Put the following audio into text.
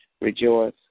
Rejoice